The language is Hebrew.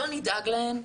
לא נדאג להן,